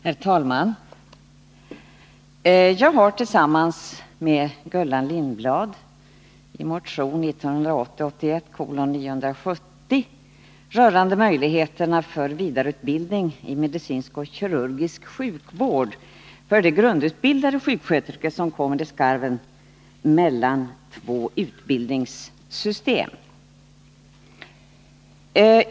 Herr talman! Jag har tillsammans med Gullan Lindblad väckt en motion, 1980/81:970, rörande möjligheterna till vidareutbildning i medicinsk och kirurgisk sjukvård för de grundutbildade sjuksköterskor som kommer i skarven mellan två utbildningssystem.